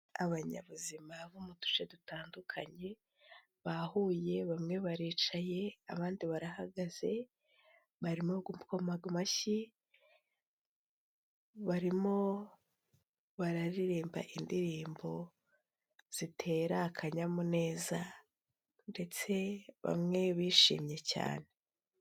Abanyabuzima bo mu duce dutandukanye bahuye, bamwe baricaye, abandi barahagaze, barimo gukoma amashyi, barimo bararirimba indirimbo zitera akanyamuneza ndetse bamwe bishimye cyane.